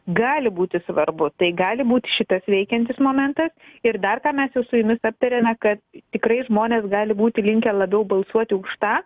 gali būti svarbu tai gali būt šitas veikiantis momentas ir dar ką mes jau su jumis aptarėme kad tikrai žmonės gali būti linkę labiau balsuoti už tą